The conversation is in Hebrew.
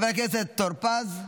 חבר הכנסת סגלוביץ'